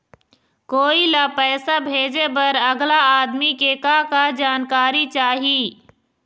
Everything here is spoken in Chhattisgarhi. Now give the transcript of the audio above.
कोई ला पैसा भेजे बर अगला आदमी के का का जानकारी चाही?